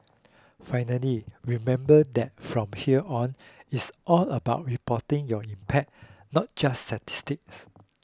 finally remember that from here on it's all about reporting your impact not just statistics